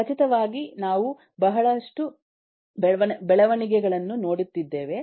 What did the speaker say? ಖಚಿತವಾಗಿ ನಾವು ಬಹಳಷ್ಟು ಬೆಳವಣಿಗೆಗಳನ್ನು ನೋಡುತ್ತಿದೇವೆ